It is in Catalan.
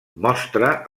mostra